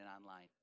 online